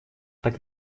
так